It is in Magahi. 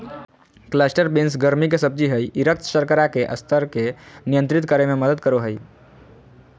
क्लस्टर बीन्स गर्मि के सब्जी हइ ई रक्त शर्करा के स्तर के नियंत्रित करे में मदद करो हइ